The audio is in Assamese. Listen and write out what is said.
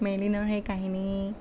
মেইলিনাৰ সেই কাহিনী